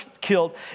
killed